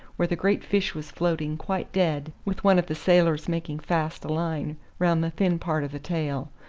where the great fish was floating quite dead, with one of the sailors making fast a line round the thin part of the tail.